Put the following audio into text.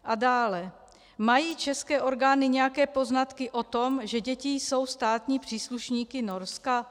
A dále: Mají české orgány nějaké poznatky o tom, že děti jsou státními příslušníky Norska?